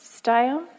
style